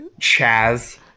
Chaz